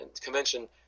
convention